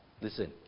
listen